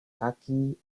kaki